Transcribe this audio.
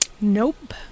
Nope